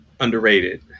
Underrated